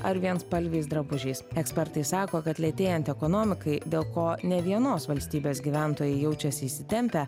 ar vienspalviais drabužiais ekspertai sako kad lėtėjant ekonomikai dėl ko nė vienos valstybės gyventojai jaučiasi įsitempę